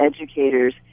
educators